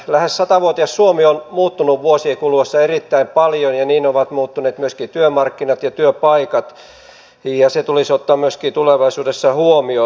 lähes satavuotias suomi on muuttunut vuosien kuluessa erittäin paljon ja niin ovat muuttuneet myöskin työmarkkinat ja työpaikat ja se tulisi ottaa myöskin tulevaisuudessa huomioon